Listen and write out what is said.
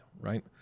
right